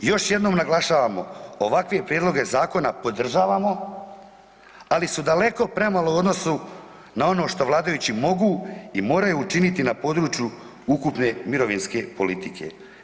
I još jednom naglašavamo ovakve prijedloge zakona podržavamo, ali su daleko premalo u odnosu na ono što vladajući mogu i moraju učiniti na području ukupne mirovinske politike.